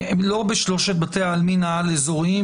הם לא בשלושת בתי העלמין העל-אזורים,